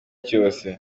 cyose